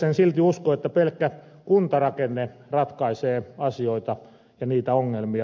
en silti usko että pelkkä kuntarakenne ratkaisee asioita ja ongelmia